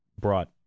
brought